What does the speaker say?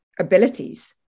abilities